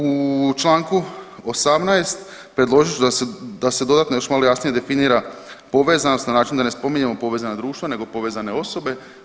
U članku 18. predložit ću da se dodatno još malo jasnije definira povezanost na način da ne spominjemo povezana društva, nego povezane osobe.